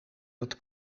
dat